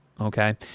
Okay